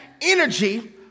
energy